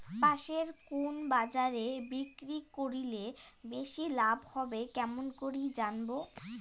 পাশের কুন বাজারে বিক্রি করিলে বেশি লাভ হবে কেমন করি জানবো?